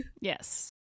yes